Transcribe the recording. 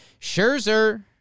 Scherzer